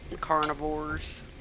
carnivores